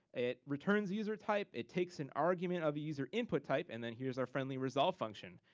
it returns user type. it takes an argument of a user input type, and then here's our friendly resolve function.